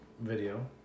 video